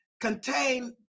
contain